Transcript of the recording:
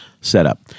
setup